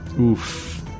Oof